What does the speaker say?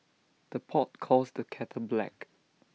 the pot calls the kettle black